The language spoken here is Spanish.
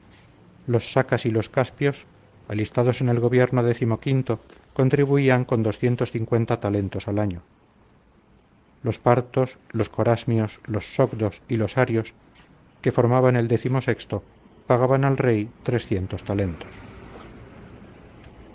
los sacas y los caspios alistados en el gobierno decimoquinto contribuían con talentos al año los partos los corasmios los sogdos y los arios que formaban el decimosexto pagaban al rey talentos